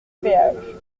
péage